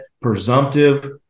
presumptive